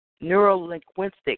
neuro-linguistic